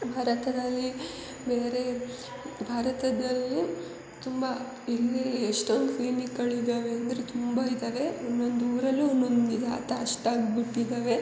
ಭಾರತದಲ್ಲಿ ಬೇರೆ ಭಾರತದಲ್ಲೂ ತುಂಬ ಇಲ್ಲಿ ಎಷ್ಟೊಂದು ಕ್ಲಿನಿಕ್ಗಳು ಇದಾವೆ ಅಂದರೆ ತುಂಬ ಇದಾವೆ ಒಂದೊಂದು ಊರಲ್ಲೂ ಒಂದೊಂದು ಇದಾದ ಅಷ್ಟಾಗಿ ಬಿಟ್ಟಿದ್ದಾವೆ